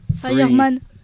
Fireman